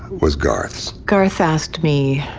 was garth's! garth asked me,